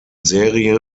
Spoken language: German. serie